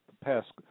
past